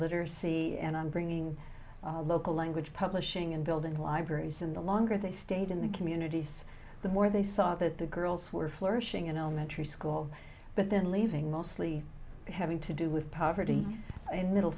literacy and on bringing local language publishing and build and libraries in the longer they stayed in the communities the more they saw that the girls were flourishing in elementary school but then leaving mostly having to do with poverty in middle